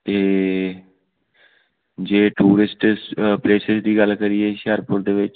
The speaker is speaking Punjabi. ਅਤੇ ਜੇ ਟੂਰਿਸਟਿਸ ਪਲੇਸਿਸ ਦੀ ਗੱਲ ਕਰੀਏ ਹੁਸ਼ਿਆਰਪੁਰ ਦੇ ਵਿੱਚ